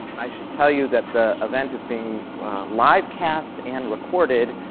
i should tell you that the event is being live cast and recorded.